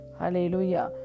Hallelujah